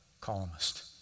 columnist